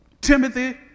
Timothy